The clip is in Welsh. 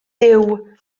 duw